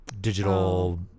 digital